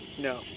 No